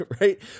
right